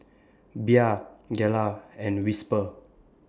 Bia Gelare and Whisper